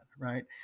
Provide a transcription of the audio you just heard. right